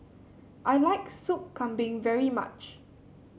I like Soup Kambing very much